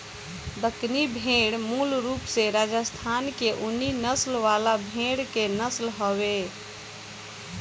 दक्कनी भेड़ मूल रूप से राजस्थान के ऊनी नस्ल वाला भेड़ के नस्ल हवे